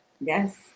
yes